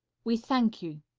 we thank you.